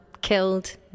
killed